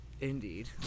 indeed